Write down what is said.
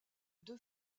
deux